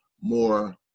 more